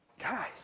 guys